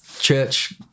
church